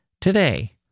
today